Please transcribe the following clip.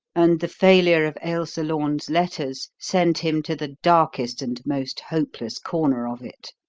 and the failure of ailsa lorne's letters sent him to the darkest and most hopeless corner of it.